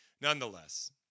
nonetheless